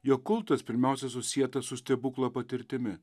jo kultas pirmiausia susietas su stebuklo patirtimi